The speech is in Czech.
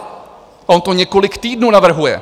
On to několik týdnů navrhuje.